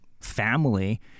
family